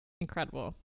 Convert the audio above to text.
Incredible